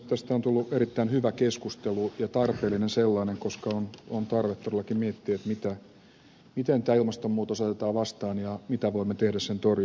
tästä on tullut erittäin hyvä keskustelu ja tarpeellinen sellainen koska on tarvetta todellakin miettiä miten tämä ilmastonmuutos otetaan vastaan ja mitä voimme tehdä sen torjumiseksi